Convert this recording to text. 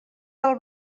del